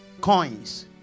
coins